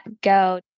go